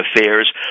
affairs